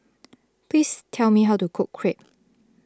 please tell me how to cook Crepe